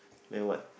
then what